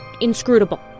inscrutable